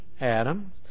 Adam